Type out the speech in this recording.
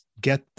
get